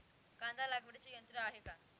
कांदा लागवडीचे यंत्र आहे का?